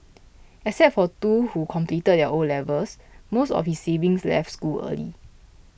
except for two who completed their O levels most of his siblings left school early